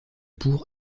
pour